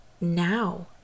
Now